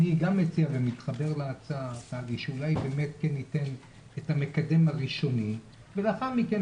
אני גם מתחבר להצעה שאולי ניתן את המקדם הראשוני ולאחר מכן,